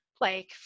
Like-